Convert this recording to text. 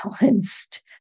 balanced